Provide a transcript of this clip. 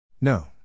No